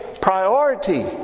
priority